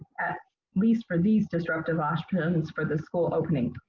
at least for these disruptive options for the school opening.